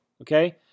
okay